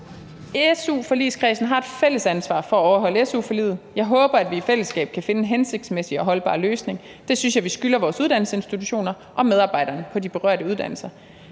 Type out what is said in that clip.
Su-forligskredsen har et fælles ansvar for at overholde su-forliget. Jeg håber, at vi i fællesskab kan finde en hensigtsmæssig og holdbar løsning. Det synes jeg vi skylder vores uddannelsesinstitutioner og medarbejderne på de berørte uddannelser.